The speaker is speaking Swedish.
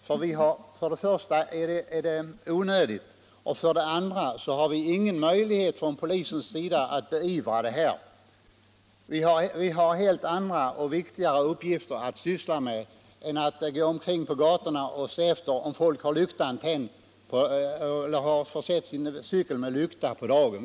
För det första är det onödigt, för det andra har vi ingen möjlighet från polisens sida att beivra detta. Vi har andra och viktigare uppgifter att syssla med än att gå omkring på gatorna och se efter om folk försett sin cykel med lykta på dagen.